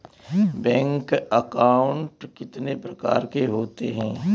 Bank account कितने प्रकार के होते हैं?